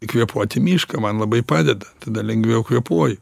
kvėpuot į mišką man labai padeda tada lengviau kvėpuoju